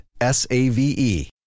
S-A-V-E